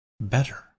better